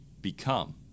become